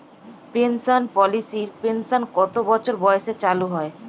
Pension পলিসির pension কত বছর বয়সে চালু হয়?